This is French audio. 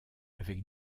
avec